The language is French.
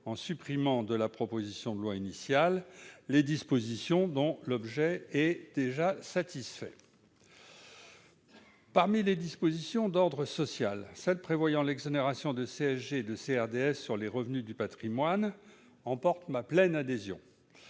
en supprimant de la proposition de loi initiale les dispositions dont l'objet est déjà satisfait. Parmi les dispositions d'ordre social, celle qui prévoit l'exonération de CSG et de CRDS sur les revenus du patrimoine emporte ma pleine adhésion.